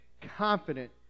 Confident